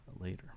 later